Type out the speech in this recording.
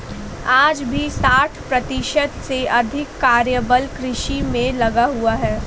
आज भी साठ प्रतिशत से अधिक कार्यबल कृषि में लगा हुआ है